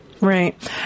Right